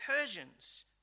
Persians